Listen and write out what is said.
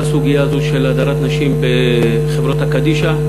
סוגיה זו של הדרת נשים בחברות הקדישא.